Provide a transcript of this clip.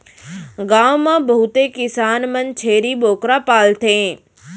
गॉव म बहुते किसान मन छेरी बोकरा पालथें